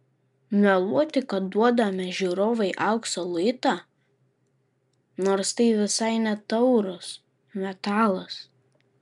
meluoti kad duodame žiūrovui aukso luitą nors tai visai ne taurus metalas